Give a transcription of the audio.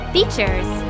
Features